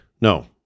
no